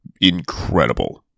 incredible